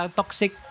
toxic